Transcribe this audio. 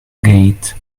gate